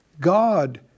God